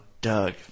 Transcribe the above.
Doug